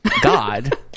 god